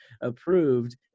approved